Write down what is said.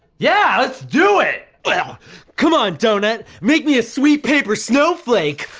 yeah, let's do it! yeah come on, doughnut. make me a sweet paper snowflake.